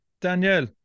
Danielle